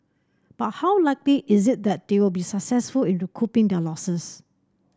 but how likely is it that they will be successful in recouping their losses